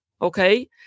Okay